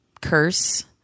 curse